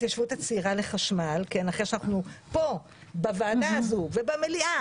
ההתיישבות הצעירה לחשמל אחרי שפה בישיבה הזו ובמליאה